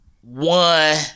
One